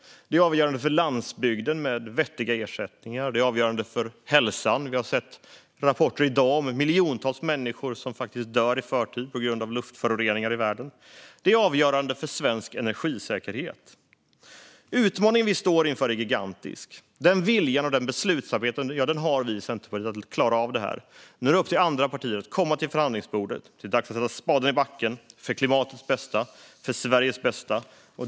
Det är avgörande för landsbygden, med vettiga ersättningar. Det är avgörande för hälsan - vi har i dag sett rapporter om de miljontals människor i världen som dör i förtid på grund av luftföroreningar. Det är avgörande för svensk energisäkerhet. Utmaningen vi står inför är gigantisk. Vi i Centerpartiet har viljan och beslutsamheten att klara av detta. Nu är det upp till andra partier att komma till förhandlingsbordet. Det är dags att sätta spaden i backen, för klimatets bästa och för Sveriges bästa.